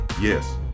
Yes